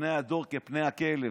פני הדור כפני הכלב.